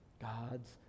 God's